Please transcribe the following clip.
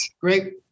great